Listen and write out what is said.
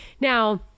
Now